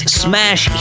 smash